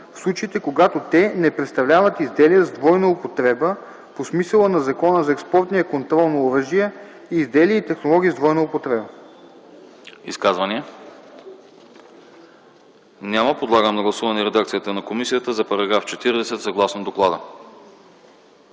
в случаите когато те не представляват изделия с двойна употреба по смисъла на Закона за експортния контрол на оръжия и изделия и технологии с двойна употреба.” ПРЕДСЕДАТЕЛ АНАСТАС АНАСТАСОВ: Изказвания? Няма. Подлагам на гласуване редакцията на комисията за § 40 съгласно доклада.